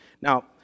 Now